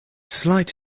slight